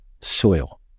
soil